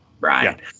right